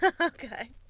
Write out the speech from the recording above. Okay